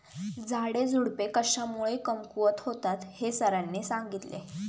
झाडेझुडपे कशामुळे कमकुवत होतात हे सरांनी सांगितले